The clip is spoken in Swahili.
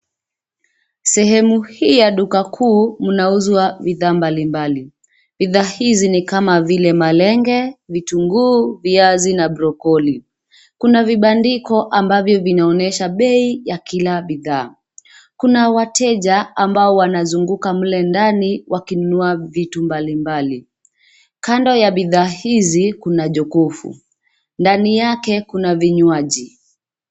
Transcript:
Sehemu hii ya duka kuu inauzia bidhaa mbalimbali . Bidhaa hizi ni kama vile malenge , vitunguu, viazi na brokoli. Kuna vibandiko ambavyo vinaonyesha bei ya kila bidhaa. Kuna wateja ambao wanazunguka mle ndani wakinunua vitu mbali mbali. Kando ya bidhaa hizi, kuna jokovu. Ndani yake kuna vinywaji.